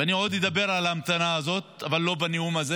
ואני עוד אדבר על ההמתנה הזאת, אבל לא בנאום הזה